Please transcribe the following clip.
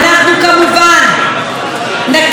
נקים קרן נוספת,